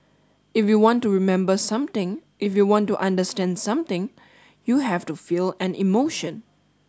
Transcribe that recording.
if you want to remember something if you want to understand something you have to feel an emotion